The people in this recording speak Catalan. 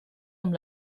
amb